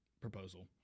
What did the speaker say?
proposal